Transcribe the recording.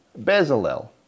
Bezalel